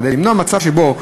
כדי למנוע מצב שבו,